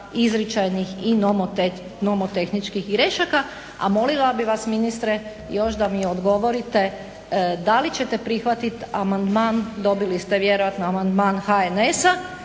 izričajnih i nomotehničkih grešaka. A molila bih vas ministre još da mi odgovorite da li ćete prihvatiti amandman, dobili ste vjerojatno amandman HNS-a